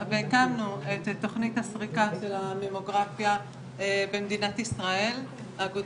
ובסוף בבדיקה של רופא אף אוזן גרון שאני פשוט מאוד סומכת עליו,